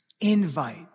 invite